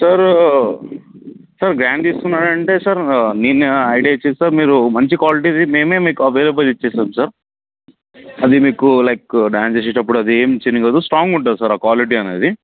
sir sir grand తీసుకున్నారా అంటే sir నేనూ ఐడియా ఇస్తాను మీరు మంచి క్వాలిటీది మేమే మీకు అవైలబుల్ ఇస్తాం సార్ అది మీకు లైక్ డాన్స్ చేసేటప్పుడు అది ఏమి చినగదు స్ట్రాంగ్ ఉంటుంది సార్ ఆ క్వాలిటీ అనేది